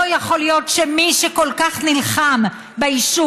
לא יכול להיות שמי שכל כך נלחם בעישון,